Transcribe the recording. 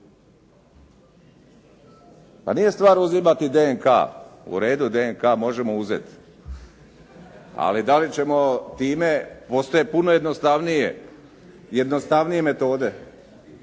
Pa nije stvar uzimati DNK. U redu, DNK možemo uzeti. Ali da li ćemo time, postoje puno jednostavnije,